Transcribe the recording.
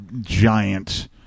giant